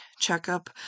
checkup